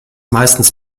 meistens